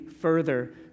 further